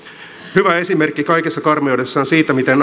hyvä esimerkki kaikessa karmeudessaan siitä miten